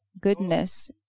goodness